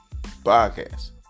podcast